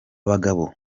bagabo